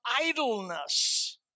idleness